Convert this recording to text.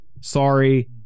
sorry